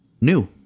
new